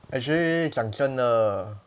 actually 讲真的